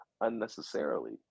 unnecessarily